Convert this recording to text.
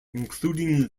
including